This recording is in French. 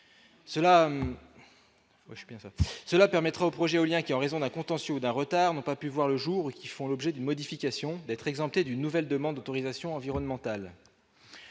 cela permettra aux projets éoliens qui, en raison d'un contentieux d'un retard n'ont pas pu voir le jour, qui font l'objet d'une modification d'être exempté d'une nouvelle demande autorisations environnementales.